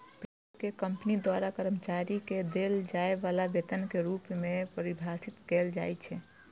payroll कें company द्वारा कर्मचारी कें देल जाय बला वेतन के रूप मे परिभाषित कैल जाइ छै